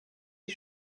est